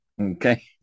okay